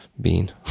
bean